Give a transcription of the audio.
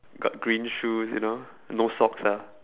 got green shoes you know no socks ah